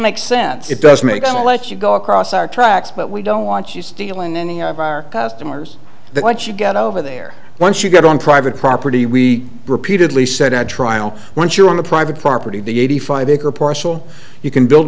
makes sense it does make i'll let you go across our tracks but we don't want you stealing any of our customers that what you get over there once you get on private property we repeatedly said at trial once you're on the private property of the eighty five acre parcel you can build